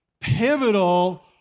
pivotal